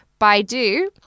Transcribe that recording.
Baidu